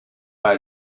par